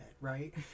Right